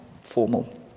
formal